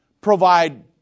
Provide